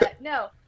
No